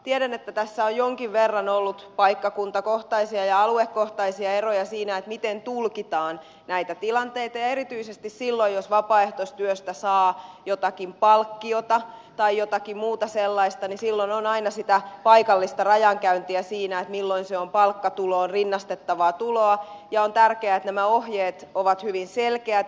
tiedän että tässä on jonkin verran ollut paikkakuntakohtaisia ja aluekohtaisia eroja siinä miten tulkitaan näitä tilanteita ja erityisesti silloin jos vapaaehtoistyöstä saa jotakin palkkiota tai jotakin muuta sellaista niin silloin on aina sitä paikallista rajankäyntiä siinä että milloin se on palkkatuloon rinnastettavaa tuloa ja on tärkeää että nämä ohjeet ovat hyvin selkeät